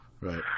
Right